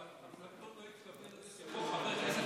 אבל אפלטון לא התכוון לזה שחבר כנסת